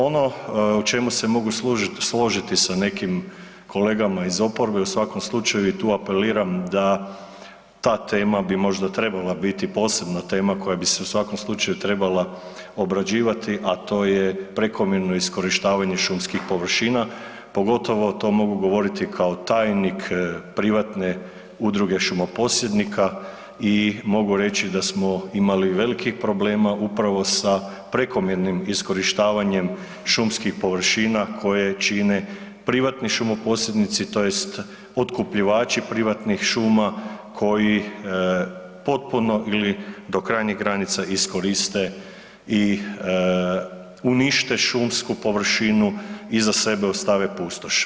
Ono o čemu se mogu složiti sa nekim kolegama iz oporbe u svakom slučaju i tu apeliram da i ta tema bi možda trebala biti posebna tema koja bi se u svakom slučaju trebala obrađivati, a to je prekomjerno iskorištavanje šumskih površina, pogotovo to mogu govoriti kao tajnik privatne udruge šumoposjednika i mogu reći da smo imali velikih problema upravo sa prekomjernim iskorištavanjem šumskih površine koje čine privatni šumoposjednici tj. otkupljivači privatnih šuma koji potpuno ili do krajnjih granica iskoriste i unište šumsku površinu, iza sebe ostave pustoš.